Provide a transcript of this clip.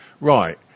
right